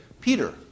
Peter